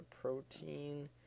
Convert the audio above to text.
protein